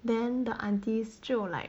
then the aunties 只有 like